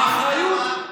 הילדים שלך,